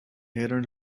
hadn’t